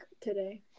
today